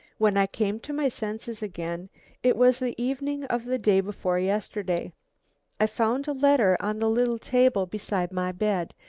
when i came to my senses again it was the evening of the day before yesterday i found a letter on the little table beside my bed.